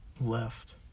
left